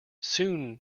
soon